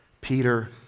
Peter